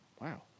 Wow